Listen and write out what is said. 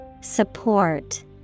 Support